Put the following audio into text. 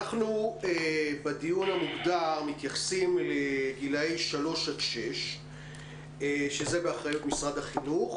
אנחנו בדיון המוגדר מתייחסים לגילאי 3 עד 6 שזה באחריות משרד החינוך,